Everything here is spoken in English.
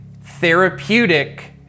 Therapeutic